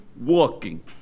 walking